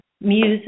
music